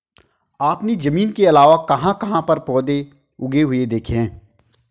आपने जमीन के अलावा कहाँ कहाँ पर पौधे उगे हुए देखे हैं?